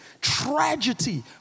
tragedy